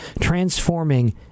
transforming